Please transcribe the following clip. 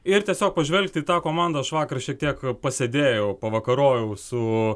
ir tiesiog pažvelgti į tą komandą aš vakar šiek tiek pasėdėjau pavakarojau su